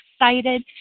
excited